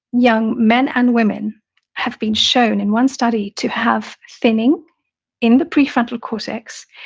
young men and women have been shown in one study to have thinning in the prefrontal cortex,